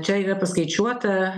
čia yra paskaičiuota